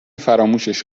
فراموشش